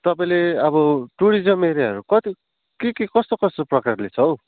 त्यसैले अब टुरिजम एरियाहरू कति के के कस्तो प्रकारले छ हो